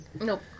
Nope